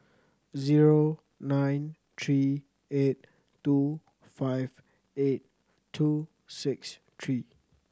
zero nine three eight two five eight two six three